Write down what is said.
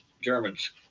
Germans